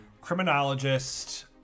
criminologist